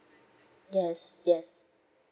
yes yes